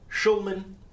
Shulman